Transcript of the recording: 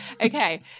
Okay